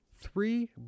Three